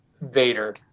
Vader